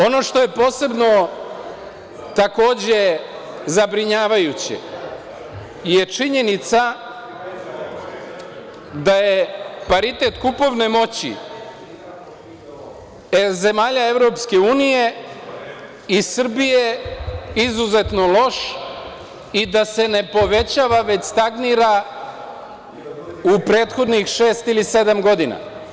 Ono što je posebno, takođe, zabrinjavajuće je činjenica da je paritet kupovne moći zemalja EU i Srbije izuzetno loš i da se ne povećava, već stagnira u prethodnih šest ili sedam godina.